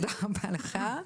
תודה רבה לך.